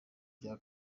cya